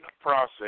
process